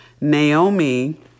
naomi